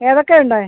ഏതൊക്കെ ഉണ്ട്